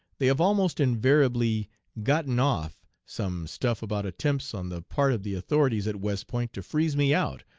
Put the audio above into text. they have almost invariably gotten off some stuff about attempts on the part of the authorities at west point to freeze me out,